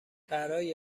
برای